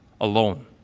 alone